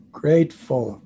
grateful